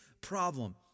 problem